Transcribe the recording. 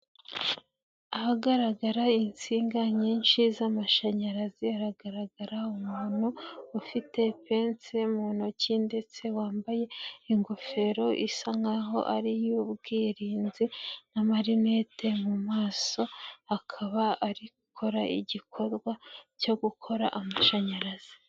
Ahagaragara insinga nyinshi z'amashanyarazi, hagaragara umuntu ufite pense mu ntoki ndetse wambaye ingofero isa nkaho ari iy'ubwirinzi na marinette mu maso, akaba akora igikorwa cyo gukora amashanyarazi.